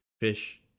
fish